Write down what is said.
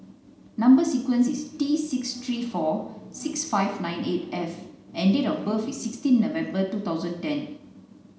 number sequence is T six three four seven five nine eight F and date of birth is sixteen November two thousand and ten